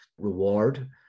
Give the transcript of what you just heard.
reward